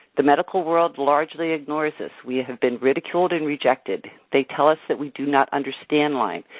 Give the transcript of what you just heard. the medical world largely ignores us. we have been ridiculed and rejected. they tell us that we do not understand lyme.